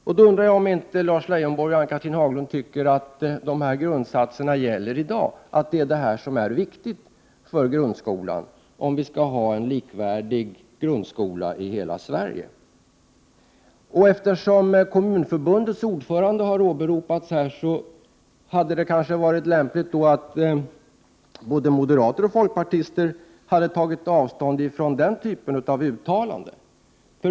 Jag undrar då om Lars Leijonborg och Ann-Cathrine Haglund inte tycker att dessa grundsatser gäller i dag, att de är viktiga för grundskolan om vi skall ha en likvärdig grundskola i hela Sverige. Eftersom Kommunförbundets ordförande har åberopats här, hade det kanske varit lämpligt om både moderater och folkpartister hade tagit avstånd från denna typ av uttalanden.